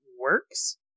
works